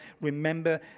Remember